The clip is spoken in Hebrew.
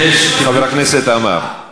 חבר הכנסת עמאר,